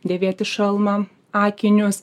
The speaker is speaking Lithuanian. dėvėti šalmą akinius